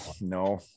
No